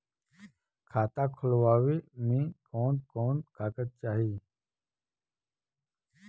खाता खोलवावे में कवन कवन कागज चाही?